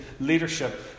leadership